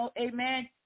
amen